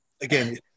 again